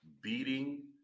beating